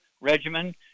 regimen